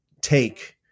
take